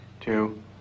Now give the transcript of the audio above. Two